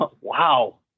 Wow